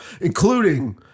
including